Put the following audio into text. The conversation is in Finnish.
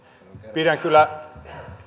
pidän kyllä